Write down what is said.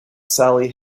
sally